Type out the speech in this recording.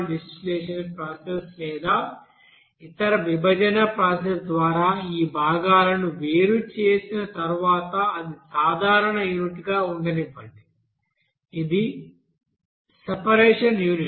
distillation process లేదా ఇతర విభజన ప్రాసెస్ ద్వారా ఈ భాగాలను వేరు చేసిన తర్వాత అది సాధారణ యూనిట్గా ఉండనివ్వండి ఇది సెపరేషన్ యూనిట్